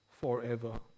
forever